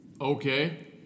Okay